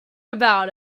about